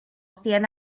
stand